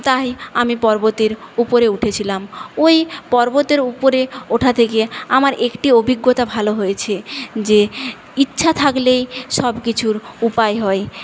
তাই আমি পর্বতের উপরে উঠেছিলাম ওই পর্বতের উপরে ওঠা থেকে আমার একটি অভিজ্ঞতা ভালো হয়েছে যে ইচ্ছা থাকলেই সব কিছুর উপায় হয়